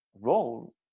role